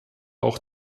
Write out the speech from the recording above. auch